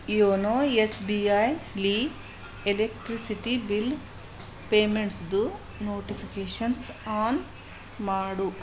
YONO S B I ಲಿ electricity bill ಪೇಮೆಂಟ್ಸ್ದು notifications on ಮಾಡು